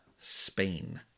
Spain